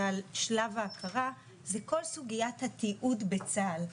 על שלב ההכרה זה כל סוגיית התיעוד בצה"ל,